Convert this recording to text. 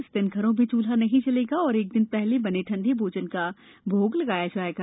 इस दिन घरों में चूल्हा नहीं जलेगा और एक दिन पहले बने ठंडे भोजन का भोग लगाया जाएगा